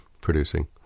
producing